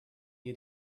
you